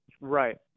Right